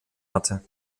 hatte